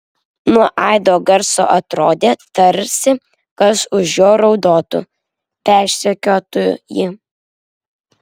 nuo aido garso atrodė tarsi kas už jo raudotų persekiotų jį